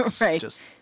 right